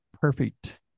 perfect